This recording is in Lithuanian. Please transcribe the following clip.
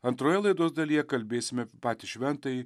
antroje laidos dalyje kalbėsime apie patį šventąjį